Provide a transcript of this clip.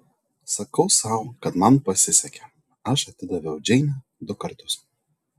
sakau sau kad man pasisekė aš atidaviau džeinę du kartus